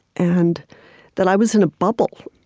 and that i was in a bubble.